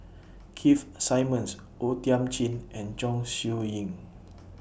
Keith Simmons O Thiam Chin and Chong Siew Ying